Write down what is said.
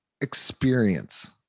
experience